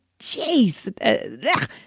Jeez